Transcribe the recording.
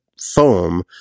foam